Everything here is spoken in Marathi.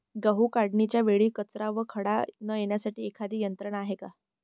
गहू काढणीच्या वेळी कचरा व खडा न येण्यासाठी एखादी यंत्रणा आहे का?